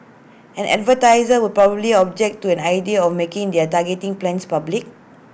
and advertisers would probably object to an idea of making their targeting plans public